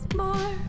more